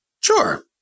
Sure